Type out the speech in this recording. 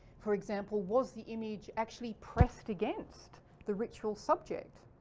for example, was the image actually pressed against the ritual subject.